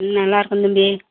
ம் நல்லாயிருக்கேன் தம்பி